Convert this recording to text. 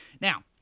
Now